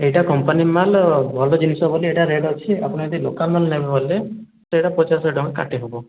ଏଇଟା କମ୍ପାନୀ ମାଲ ଭଲ ଜିନିଷ ବୋଲି ଏଇଟା ରେଟ୍ ଅଛି ଆପଣ ଯଦି ଲୋକାଲ୍ ମାଲ୍ ନେବେ ବୋଲେ ତ ଏଇଟା ପଚାଶ ଶହେ ଟଙ୍କା କାଟି ହେବ